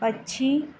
पक्षी